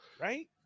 Right